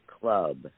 club